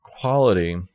quality